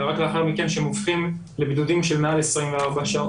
אלא רק לאחר מכן כשהם הופכים לבידודים של מעל 24 שעות.